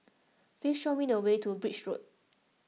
please show me the way to Birch Road